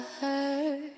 hurt